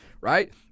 right